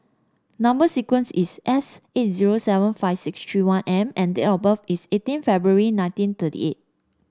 number sequence is S eight zero seven five six three one M and date of birth is eighteen February nineteen thirty eight